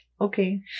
Okay